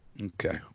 Okay